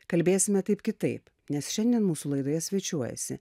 kalbėsime taip kitaip nes šiandien mūsų laidoje svečiuojasi